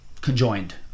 conjoined